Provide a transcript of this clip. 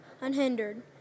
unhindered